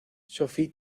sophie